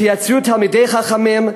תייצרו תלמידי חכמים,